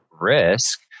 risk